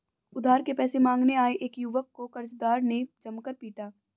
उधार के पैसे मांगने आये एक युवक को कर्जदार ने जमकर पीटा